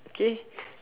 K